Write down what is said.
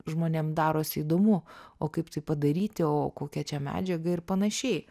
žmonėm darosi įdomu o kaip tai padaryti o kokia čia medžiaga ir panašiai